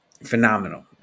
Phenomenal